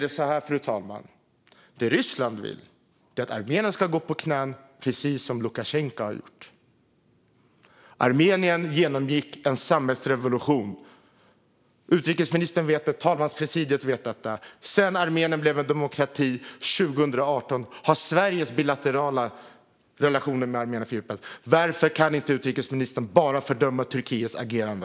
Det som Ryssland vill är att Armenien ska gå på knäna, precis som Lukasjenko har gjort. Armenien genomgick en sammetsrevolution. Utrikesministern vet det. Talmanspresidiet vet det. Sedan Armenien blev en demokrati 2018 har Sveriges bilaterala relationer med Armenien fördjupats. Varför kan inte utrikesministern bara fördöma Turkiets agerande?